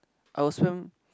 I will spend